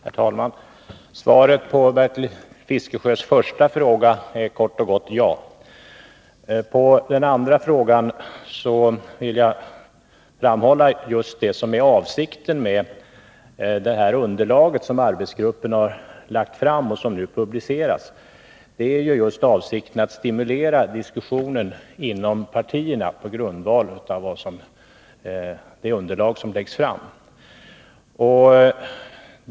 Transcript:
Herr talman! Svaret på Bertil Fiskesjös första fråga är kort och gott ja. Som svar på den andra frågan vill jag framhålla just det som är avsikten med det underlag som arbetsgruppen har lagt fram och som nu publiceras. Det är avsikten att stimulera diskussionen inom partierna på grundval av det underlag som läggs fram.